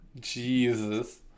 Jesus